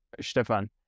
Stefan